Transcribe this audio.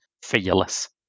fearless